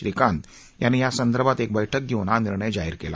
श्रीकांत यांनी यासंदर्भात एक बैठक घेऊन हा निर्णय जाहीर केला